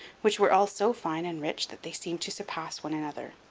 which were all so fine and rich that they seemed to surpass one another.